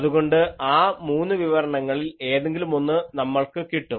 അതുകൊണ്ട് ആ മൂന്നു വിവരണങ്ങളിൽ ഏതെങ്കിലും ഒന്ന് നിങ്ങൾക്ക് കിട്ടും